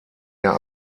ihr